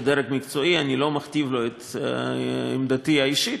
זה הדרג המקצועי ואני לא מכתיב לו את עמדתי האישית,